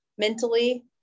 mentally